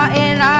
and,